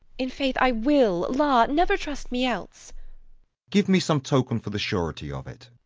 in faith, i will, lo never trust me else give me some token for the surety of it.